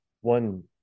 one